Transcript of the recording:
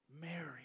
Mary